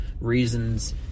reasons